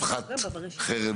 לא יבקש לערער,